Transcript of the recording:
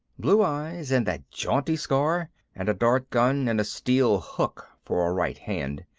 blue eyes and that jaunty scar and a dart gun and a steel hook for a right hand,